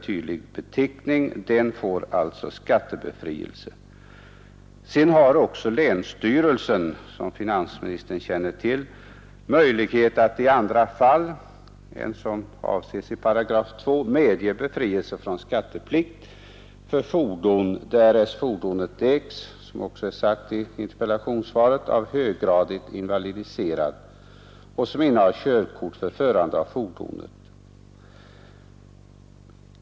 Vidare föreskrivs att länsstyrelsen har möjlighet att i andra fall än som avses i 2 § medge befrielse från skatteplikt för fordon, därest detta ägs — som också framhållits i interpellationssvaret — av höggradigt invalidiserad, vilken innehar körkort för förande av fordonet.